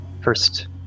first